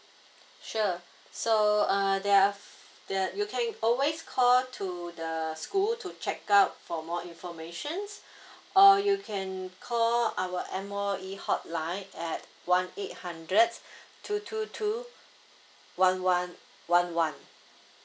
sure so uh there are there you can always call to the school to check out for more informations uh you can call our M_O_E hotline at one eight hundred two two two one one one one